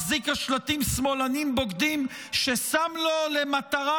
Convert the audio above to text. מחזיק השלטים "שמאלנים בוגדים", ששם לו למטרה